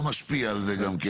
לא משפיע על זה גם כן.